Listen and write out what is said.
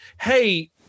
hey